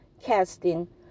casting